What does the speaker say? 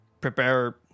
prepare